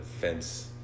fence